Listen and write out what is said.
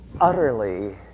utterly